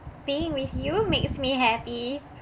being with you makes me happy